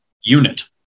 unit